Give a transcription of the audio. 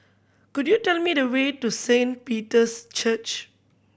could you tell me the way to Saint Peter's Church